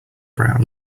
brown